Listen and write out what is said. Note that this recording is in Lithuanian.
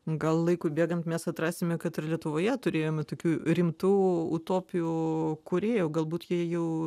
gal laikui bėgant mes atrasime kad ir lietuvoje turėjome tokių rimtų utopijų kūrėjų galbūt jie jau